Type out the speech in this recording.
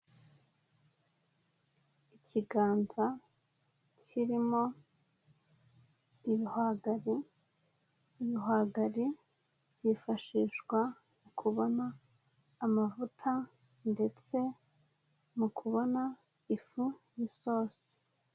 Ikiganza kirimo ibihwagari, ibihwagari byifashishwa mu kubona amavuta ndetse mu kubona ifu yisosi.